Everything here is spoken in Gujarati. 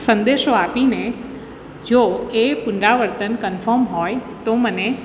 સંદેશો આપીને જો એ પુનરાવર્તન કનફોમ હોય તો મને